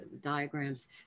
diagrams